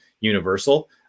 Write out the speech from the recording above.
universal